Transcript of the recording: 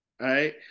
right